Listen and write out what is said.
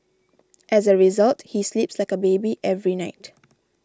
as a result he sleeps like a baby every night